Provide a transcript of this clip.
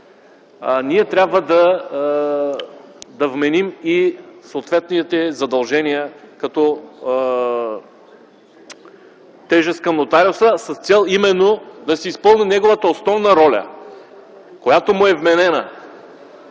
ние трябва да вменим и съответните задължения като тежест към нотариуса с цел именно да се изпълни неговата основна роля, която му е вменена